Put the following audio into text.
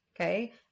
okay